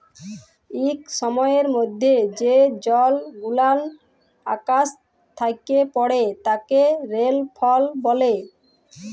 ইক সময়ের মধ্যে যে জলগুলান আকাশ থ্যাকে পড়ে তাকে রেলফল ব্যলে